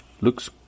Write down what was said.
Looks